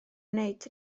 wneud